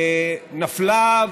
נפלה,